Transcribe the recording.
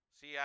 See